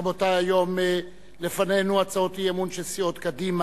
רבותי, היום לפנינו הצעות אי-אמון של סיעות קדימה,